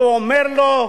והוא אומר לו: